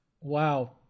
Wow